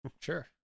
Sure